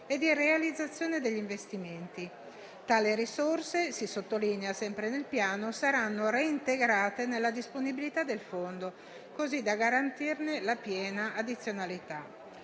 e di realizzazione degli investimenti. Tali risorse, si sottolinea sempre nel Piano, saranno reintegrate nella disponibilità del fondo, così da garantirne la piena addizionalità.